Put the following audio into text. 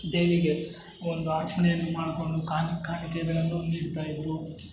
ದೇವಿಗೆ ಒಂದು ಅರ್ಚನೆಯನ್ನು ಮಾಡಿಕೊಂಡು ಕಾಣ್ ಕಾಣಿಕೆಗಳನ್ನು ನೀಡ್ತಾಯಿದ್ದರು